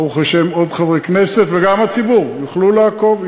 ברוך השם, עוד חברי כנסת, וגם הציבור יוכלו לעקוב.